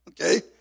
Okay